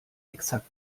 exakt